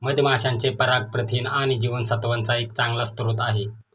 मधमाशांचे पराग प्रथिन आणि जीवनसत्त्वांचा एक चांगला स्रोत आहे